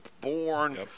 born